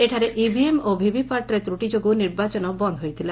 ଏଠାରେ ଇଭିଏମ୍ ଓ ଭିଭିପାଟ୍ରେ ତୂଟି ଯୋଗୁଁ ନିର୍ବାଚନ ବନ୍ଦ୍ ହୋଇଥିଲା